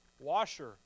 washer